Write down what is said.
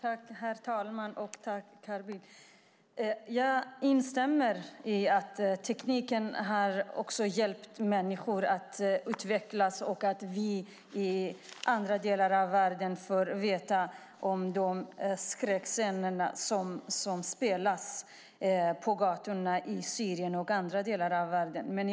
Herr talman! Tack, Carl Bildt! Jag instämmer i att tekniken har hjälpt människor att utvecklas och gjort att andra människor i världen får veta om de skräckscener som utspelas på gatorna i Syrien och i andra delar av världen.